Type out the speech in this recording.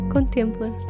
Contempla